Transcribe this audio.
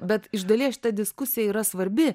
bet iš dalies šita diskusija yra svarbi